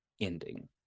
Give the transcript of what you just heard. ending